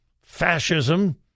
fascism